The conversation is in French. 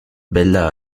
bella